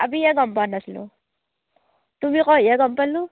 আমিহে গম পোৱা নাছিলোঁ তুমি কয়হে গম পালোঁ